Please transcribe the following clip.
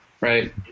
Right